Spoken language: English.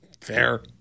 Fair